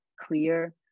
clear